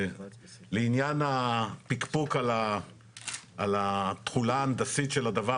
לעניין הפקפוק על התכולה ההנדסית של הדבר,